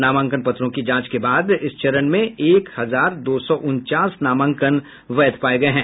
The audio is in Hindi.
नामांकन पत्रों की जांच के बाद इस चरण में एक हजार दो सौ उनचास नामांकन वैध पाये गये हैं